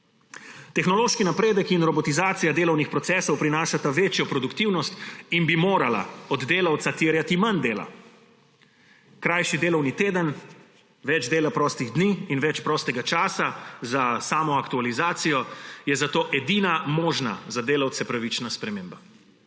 Tehnološki napredek in robotizacija delovnih procesov prinašata večjo produktivnost in bi morala od delavca terjati manj dela. Krajši delovni teden, več dela prostih dni in več prostega časa za samo aktualizacijo je zato edina možna, za delavce pravična sprememba,